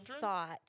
thought